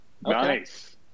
nice